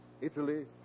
Italy